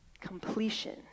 completion